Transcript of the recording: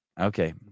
Okay